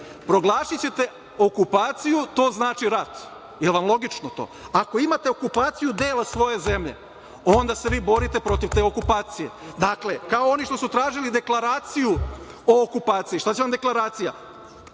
proglasićete okupaciju, to znači rat. Jel vam logično to? Ako imate okupaciju dela svoje zemlje, onda se vi borite protiv te okupacije. Dakle, kao što su oni tražili deklaraciju o okupaciji, šta će vam deklaracija?